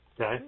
Okay